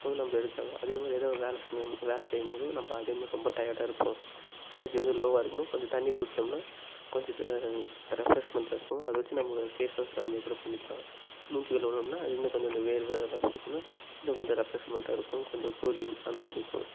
அப்போ வந்து நம்ம எடுத்தாகலாம் அதே மாதிரி எதா ஒரு வேலை செஞ்சோம் வேலை செய்யும் போதும் நம்ம அதே மாதிரி ரொம்ப டையர்டாக இருப்போம் எனர்ஜி வந்து லோவாக இருக்கும்போது கொஞ்சம் தண்ணி குடிச்சோம்னா கொஞ்சம் ஜ ரெஃப்ரெஷ்மெண்ட்டாக இருக்கும் அதை வச்சி நம்ம ஃபேஸ்வாஷ் அந்த மாதிரி கூட பண்ணிக்கலாம் மூஞ்சி கழுவுனோம்னா அது இன்னும் கொஞ்சம் அந்த வேர்வை அதெல்லாம் போயிடுச்சினால் இன்னும் கொஞ்சம் ரெஃப்ரெஷ்மெண்ட்டாக இருக்கும் கொஞ்சம் கூலிங் அந்த மாதிரி இருக்கும்